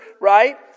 right